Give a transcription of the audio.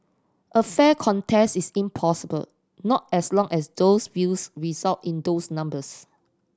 a fair contest is impossible not as long as those views result in those numbers